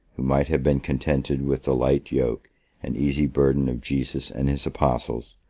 who might have been contented with the light yoke and easy burden of jesus and his apostles,